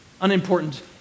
Unimportant